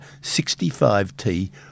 65T